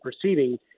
proceeding –